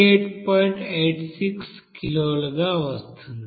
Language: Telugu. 86 కిలోలుగా వస్తుంది